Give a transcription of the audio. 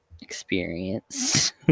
experience